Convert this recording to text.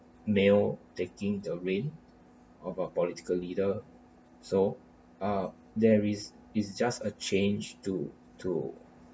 male taking the rein of a political leader so ah there is is just a change to to